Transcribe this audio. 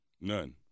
none